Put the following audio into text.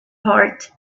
heart